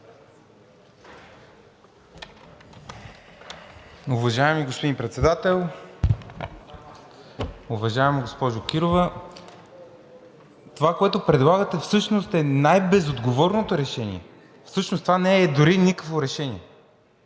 Уважаеми господин Председател! Уважаема госпожо Кирова, това, което предлагате, всъщност е най-безотговорното решение. Всъщност това дори не е никакво решение.